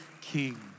king